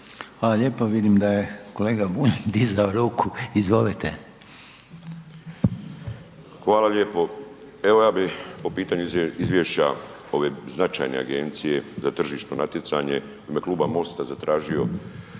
Hvala lijepo, vidim da je kolega Bulj dizao ruku, izvolite. **Bulj, Miro (MOST)** Hvala lijepo. Evo ja bi po pitanju izvješća ove značajne Agencije za tržišno natjecanje u ime kluba MOST-a zatražio